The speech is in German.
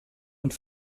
und